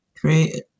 create